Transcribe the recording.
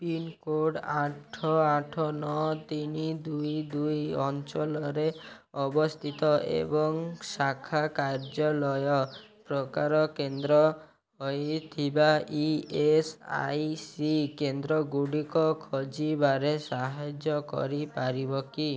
pincode ଆଠ ଆଠ ନଅ ତିନି ଦୁଇ ଦୁଇ ଅଞ୍ଚଳରେ ଅବସ୍ଥିତ ଏବଂ ଶାଖା କାର୍ଯ୍ୟାଳୟ ପ୍ରକାର କେନ୍ଦ୍ର ହୋଇଥିବା ଇ ଏସ୍ ଆଇ ସି କେନ୍ଦ୍ରଗୁଡ଼ିକ ଖୋଜିବାରେ ସାହାଯ୍ୟ କରିପାରିବ କି